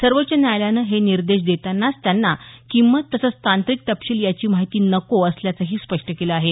सर्वोच्च न्यायालयानं हे निर्देश देतानाच त्यांना किंमत तसंच तांत्रिक तपशील याची माहिती नको असल्याचंही स्पष्ट केलं आहे